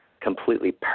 completely